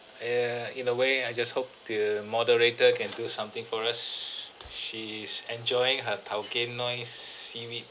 ya in a way I just hope the moderator can do something for us she's enjoying her tao kae noi seaweed